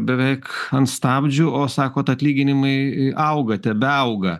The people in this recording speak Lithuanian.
beveik ant stabdžių o sakot atlyginimai auga tebeauga